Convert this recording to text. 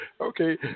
Okay